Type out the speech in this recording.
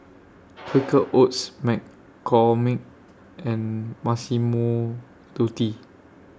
Quaker Oats McCormick and Massimo Dutti